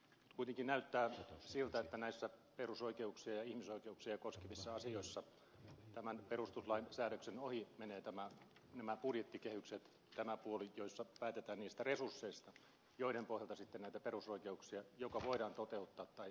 kuitenkin näyttää siltä että näissä perusoikeuksia ja ihmisoikeuksia koskevissa asioissa tämän perustuslain säädöksen ohi menevät nämä budjettikehykset tämä puoli jossa päätetään resursseista joiden pohjalta sitten näitä perusoikeuksia joko voidaan toteuttaa tai ei voida toteuttaa